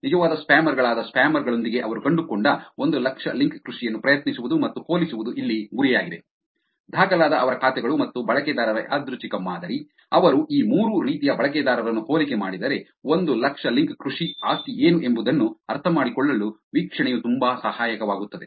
ನಿಜವಾದ ಸ್ಪ್ಯಾಮರ್ ಗಳಾದ ಸ್ಪ್ಯಾಮರ್ ಗಳೊಂದಿಗೆ ಅವರು ಕಂಡುಕೊಂಡ ಒಂದು ಲಕ್ಷ ಲಿಂಕ್ ಕೃಷಿಯನ್ನು ಪ್ರಯತ್ನಿಸುವುದು ಮತ್ತು ಹೋಲಿಸುವುದು ಇಲ್ಲಿ ಗುರಿಯಾಗಿದೆ ದಾಖಲಾದ ಅವರ ಖಾತೆಗಳು ಮತ್ತು ಬಳಕೆದಾರರ ಯಾದೃಚ್ಛಿಕ ಮಾದರಿ ಅವರು ಈ ಮೂರು ರೀತಿಯ ಬಳಕೆದಾರರನ್ನು ಹೋಲಿಕೆ ಮಾಡಿದರೆ ಈ ಒಂದು ಲಕ್ಷ ಲಿಂಕ್ ಕೃಷಿ ಆಸ್ತಿ ಏನು ಎಂಬುದನ್ನು ಅರ್ಥಮಾಡಿಕೊಳ್ಳಲು ವೀಕ್ಷಣೆಯು ತುಂಬಾ ಸಹಾಯಕವಾಗುತ್ತದೆ